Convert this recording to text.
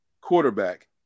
quarterback